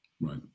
right